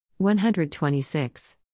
126